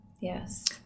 Yes